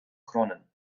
kronen